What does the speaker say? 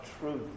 truth